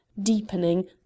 deepening